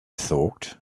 thought